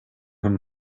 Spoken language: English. him